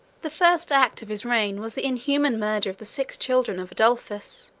the first act of his reign was the inhuman murder of the six children of adolphus,